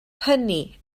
hynny